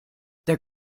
der